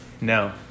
No